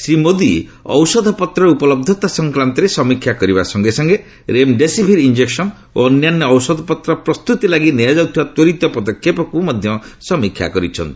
ଶ୍ରୀ ମୋଦୀ ଔଷଧପତ୍ରର ଉପଲବ୍ଧତା ସଂକ୍ରାନ୍ତରେ ସମୀକ୍ଷା କରିବା ସଙ୍ଗେ ସଙ୍ଗେ ରେମ୍ଡେସିଭିର୍ ଇଞ୍ଜକସନ୍ ଓ ଅନ୍ୟାନ୍ୟ ଔଷଧପତ୍ର ପ୍ରସ୍ତୁତି ଲାଗି ନିଆଯାଉଥିବା ତ୍ୱରିତ ପଦକ୍ଷେପକୁ ମଧ୍ୟ ସମୀକ୍ଷା କରିଛନ୍ତି